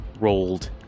rolled